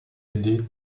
aidé